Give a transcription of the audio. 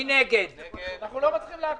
כל מי שאנחנו לא נותנים לחזור.